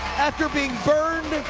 after being burned,